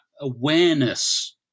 awareness